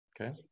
Okay